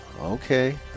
Okay